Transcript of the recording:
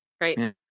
right